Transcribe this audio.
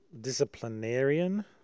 disciplinarian